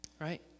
right